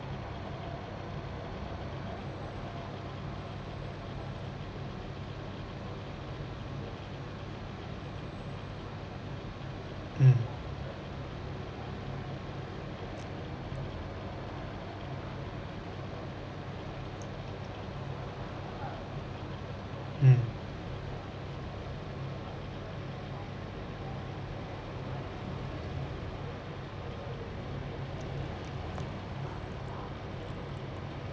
mm mm